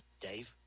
Dave